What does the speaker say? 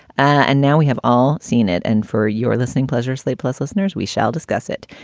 and now we have all seen it and for your listening pleasure, slate plus listeners, we shall discuss it.